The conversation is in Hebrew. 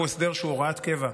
והוא הסדר שהוא הוראת קבע,